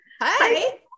Hi